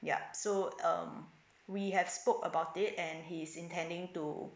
yup so um we have spoke about it and he is intending to